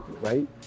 right